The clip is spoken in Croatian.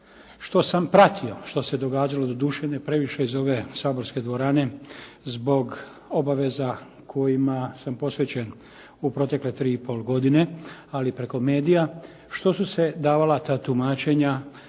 što sam pratio što se događalo, doduše ne previše iz ove saborske dvorane zbog obaveza kojima sam posvećen u protekle tri i pol godine ali preko medija što su se davala ta tumačenja